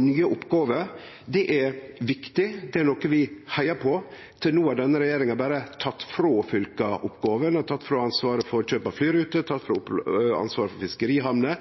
Nye oppgåver er viktig, det er noko vi heiar på. Til no har denne regjeringa berre teke frå fylka oppgåver, ein har teke frå dei ansvaret for kjøp av flyruter, ein har teke frå dei ansvaret for fiskerihamner.